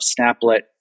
Snaplet